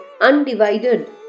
undivided